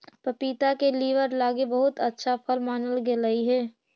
पपीता के लीवर लागी बहुत अच्छा फल मानल गेलई हे